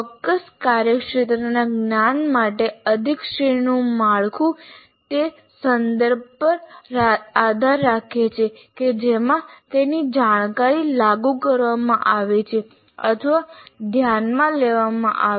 ચોક્કસ કાર્યક્ષેત્રના જ્ઞાન માટે અધિશ્રેણિકનું માળખું તે સંદર્ભ પર પણ આધાર રાખે છે કે જેમાં તેની જાણકારી લાગુ કરવામાં આવે છે અથવા ધ્યાનમાં લેવામાં આવે છે